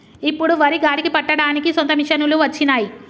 ఇప్పుడు వరి గాలికి పట్టడానికి సొంత మిషనులు వచ్చినాయి